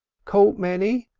caught many?